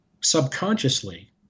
Subconsciously